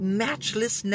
matchless